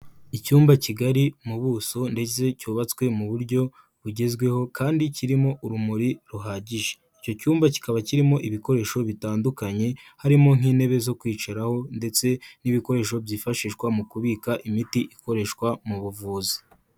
Icyumba kigari mu buso ndetse cyubatswe mu buryo bugezweho kandi kirimo urumuri ruhagije. Icyo cyumba kikaba kirimo ibikoresho bitandukanye harimo nk'intebe zo kwicaraho, ndetse n'ibikoresho byifashishwa mu kubika imiti ikoreshwa mu buvuzi.